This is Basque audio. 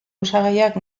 osagaiak